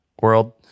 world